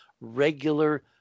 regular